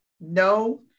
no